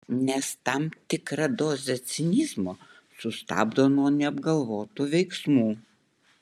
nes tam tikra dozė cinizmo sustabdo nuo neapgalvotų veiksmų